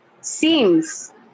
seems